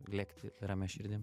lėkti ramia širdim